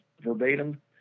verbatim